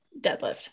deadlift